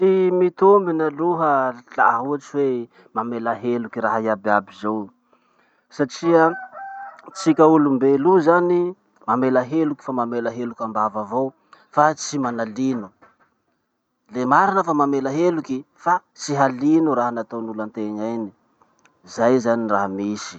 Tsy mitombina aloha laha ohatsy hoe mamela heloky raha iaby iaby zao satria tsika olombelo io zany, mamela heloky fa mamela heloky ambava avao fa tsy manalino. Le marina fa mamela heloky, fa tsy halino raha nataon'olo antegna iny. Zay zany raha misy.